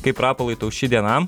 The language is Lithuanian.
kaip rapolai tau ši diena